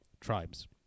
tribes